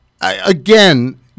Again